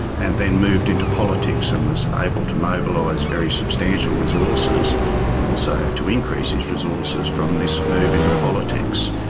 and then moved into politics and was able to mobilise very substantial resources and also to increase his resources from this move into politics.